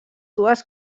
dues